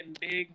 big